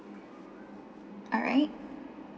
alright